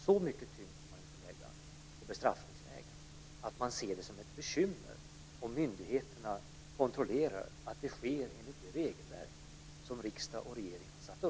Så mycket tyngd får man inte lägga på bestraffningsvägen att man ser det som ett bekymmer om myndigheterna kontrollerar att det sker enligt det regelverk som riksdag och regering har satt upp.